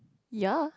ya